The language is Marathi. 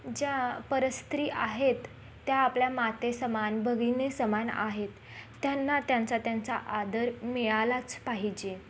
ज्या परस्त्री आहेत त्या आपल्या माते समान भगिनी समान आहेत त्यांना त्यांचा त्यांचा आदर मिळालाच पाहिजे